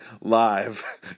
live